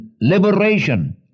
liberation